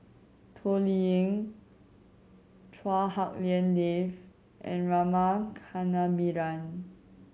Toh Liying Chua Hak Lien Dave and Rama Kannabiran